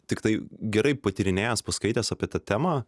tiktai gerai patyrinėjęs paskaitęs apie tą temą